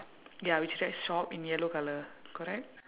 ya which is like shop in yellow colour correct